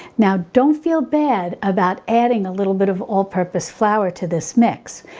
now don't feel bad about adding a little bit of all-purpose flour to this mix,